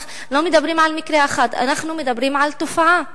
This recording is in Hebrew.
אנחנו מדברים על תופעה,